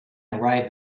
arrive